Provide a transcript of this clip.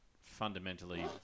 fundamentally